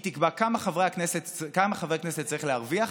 היא תקבע כמה חבר כנסת צריך להרוויח,